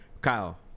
Kyle